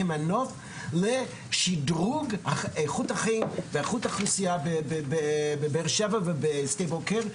כמנוף לשדרוג איכות החיים ואיכות האוכלוסייה בבאר שבע ובשדה בוקר,